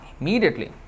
Immediately